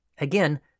again